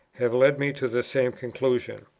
have led me to the same conclusion.